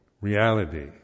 reality